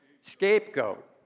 scapegoat